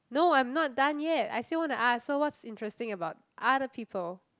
no I am not done yet I still want to ask so what's interesting about other people